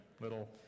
little